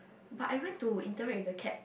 but I went to interact with the cat